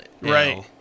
Right